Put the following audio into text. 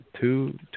two